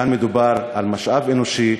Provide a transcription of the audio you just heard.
כאן מדובר על משאב אנושי,